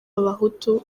abahutu